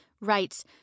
writes